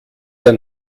der